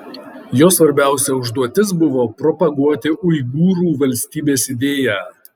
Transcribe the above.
jo svarbiausia užduotis buvo propaguoti uigūrų valstybės idėją